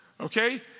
Okay